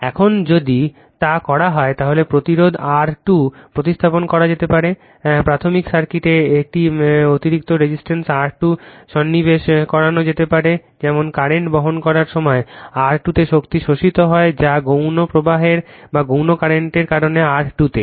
এখন যদি তা করা হয় তাহলে প্রতিরোধ R2 প্রতিস্থাপন করা যেতে পারে প্রাথমিক সার্কিটে একটি অতিরিক্ত রেজিস্ট্যান্স R2 সন্নিবেশ করানো যেতে পারে যেমন কারেন্ট বহন করার সময় R2 তে শক্তি শোষিত হয় যা গৌণ প্রবাহের কারণে R2 তে